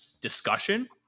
discussion